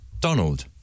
Donald